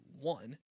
one